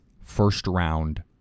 first-round